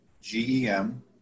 G-E-M